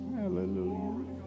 hallelujah